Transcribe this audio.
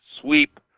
sweep